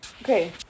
Okay